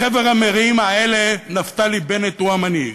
לחבר המרעים האלה נפתלי בנט הוא המנהיג.